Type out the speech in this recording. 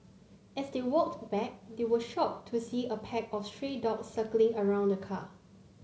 as they walked back they were shocked to see a pack of stray dogs circling around the car